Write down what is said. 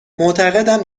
معتقدم